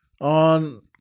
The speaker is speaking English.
on